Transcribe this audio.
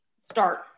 start